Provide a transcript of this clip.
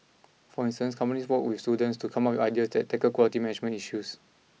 for instance companies work with students to come up with ideas that tackle quality management issues